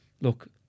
Look